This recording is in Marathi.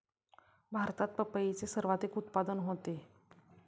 भारतात पपईचे सर्वाधिक उत्पादन होते